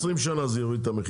עוד 20 שנה זה יוריד את המחיר.